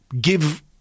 give